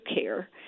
Care